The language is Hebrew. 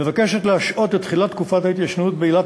מבקשת להשהות את תחילת תקופת ההתיישנות בעילת